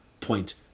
point